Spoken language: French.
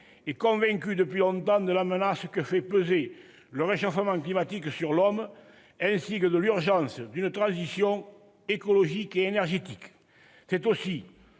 est convaincu depuis longtemps de la menace que fait peser le réchauffement climatique sur l'homme, ainsi que de l'urgence d'une transition écologique et énergétique. C'est aussi